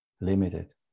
limited